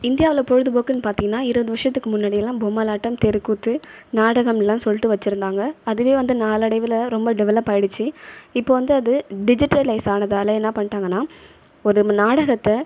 இந்தியாவில் பொழுதுபோக்குனு பார்த்தீங்கன்னா இருபது வருடத்துக்கு முன்னாடியெல்லாம் பொம்மலாட்டம் தெருக்கூத்து நாடகமெலாம் சொல்லிட்டு வச்சுருந்தாங்க அதுவே வந்து நாளடைவில் ரொம்ப டெவெலப் ஆகிடுச்சி இப்போ வந்து அது டிஜிட்டலைஸ் ஆனதால் என்ன பண்ணிட்டாங்கனா ஒரு நாடகத்தை